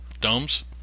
domes